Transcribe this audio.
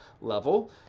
level